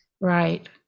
right